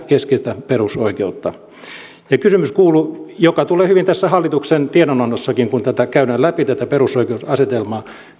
yhteen keskeiseen perusoikeuteen ja kysymys joka tulee hyvin tässä hallituksen tiedonannossakin kun käydään läpi tätä perusoikeusasetelmaa